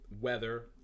Weather